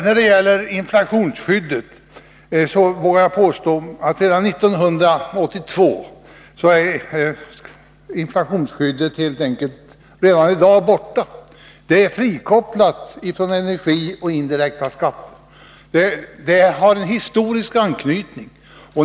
När det gäller det inflationsskydd som vi har i dag vågar jag påstå att det redan 1982 är borta. Det är frikopplat från energi och indirekta skatter. Det har en historisk anknytning.